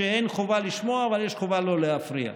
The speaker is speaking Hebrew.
שאין חובה לשמוע אבל יש חובה לא להפריע,